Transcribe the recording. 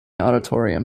auditorium